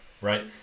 right